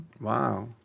Wow